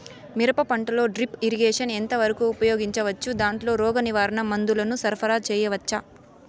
మిరప పంటలో drip irrigation ఎంత వరకు ఉపయోగించవచ్చు, దాంట్లో రోగ నివారణ మందుల ను సరఫరా చేయవచ్చా?